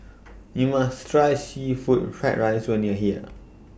YOU must Try Seafood Fried Rice when YOU Are here